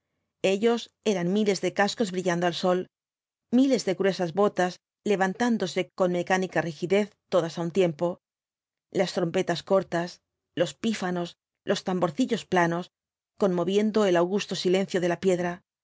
ellos eran miles de cascos brillando al sol miles de gruesas botas levantándose con mecánica rigidez todas á un tiempo las trompetas cortas los pífanos los tamborcillos planos conmoviendo el augusto silencio de la piedra